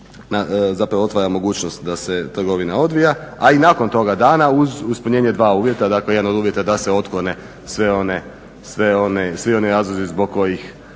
zapravo otvara mogućnost da se trgovina odvija a i nakon toga dana uz ispunjenje dva uvjeta, dakle jedan od uvjeta da se otklone sve one, svi oni razlozi zbog kojih